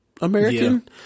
American